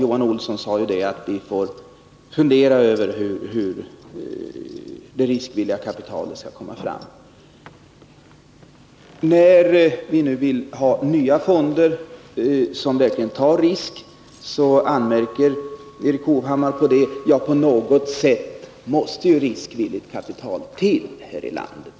Johan Olsson sade att vi får fundera över hur det riskvilliga kapitalet skall komma fram. När vi nu vill ha nya fonder som verkligen tar risker, så anmärker Erik Hovhammar på det. På något sätt måste ju riskvilligt kapital till här i landet.